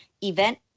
event